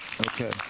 okay